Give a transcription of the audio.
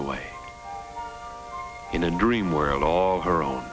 away in a dream world all her own